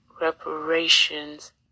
Reparations